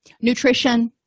Nutrition